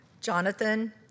Jonathan